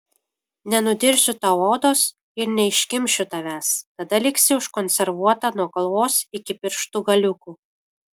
nenudirsiu tau odos ir neiškimšiu tavęs tada liksi užkonservuota nuo galvos iki pirštų galiukų